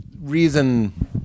reason